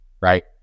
right